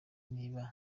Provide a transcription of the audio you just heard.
niba